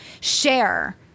share